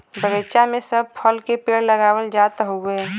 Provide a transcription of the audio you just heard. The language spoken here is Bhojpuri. बगीचा में सब फल के पेड़ लगावल जात हउवे